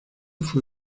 fue